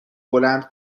بلند